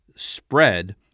spread